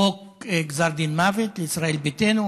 חוק גזר דין מוות של ישראל ביתנו,